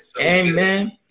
Amen